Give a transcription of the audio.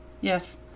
yes